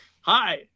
Hi